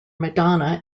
madonna